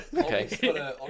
Okay